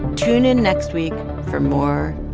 tune in next week for more.